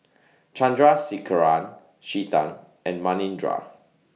Chandrasekaran Chetan and Manindra